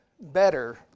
better